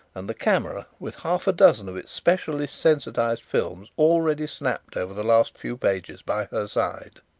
and the camera, with half-a-dozen of its specially sensitized films already snapped over the last few pages, by her side!